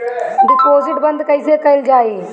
Deposit बंद कैसे कैल जाइ?